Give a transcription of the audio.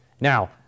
Now